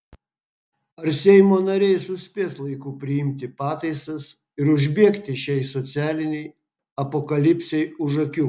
ar seimo nariai suspės laiku priimti pataisas ir užbėgti šiai socialinei apokalipsei už akių